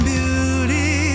Beauty